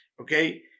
Okay